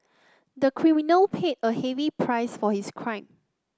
the criminal paid a heavy price for his crime